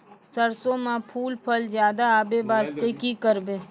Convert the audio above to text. सरसों म फूल फल ज्यादा आबै बास्ते कि करबै?